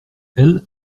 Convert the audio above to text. elle